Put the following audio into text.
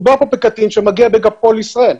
מדובר פה בקטין שמגיע בגפו לישראל.